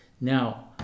Now